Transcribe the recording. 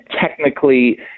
technically